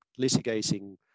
litigating